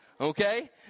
okay